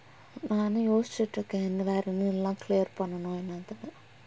நானு யோசிச்சிட்டு இருக்கேன் இந்த வேறனு எல்லாம்:naanu yosichittu irukkaen intha veranu ellaam clear பண்ணணு:pannanu